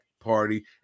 party